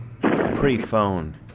Pre-phone